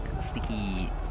sticky